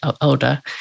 older